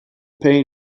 pain